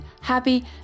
happy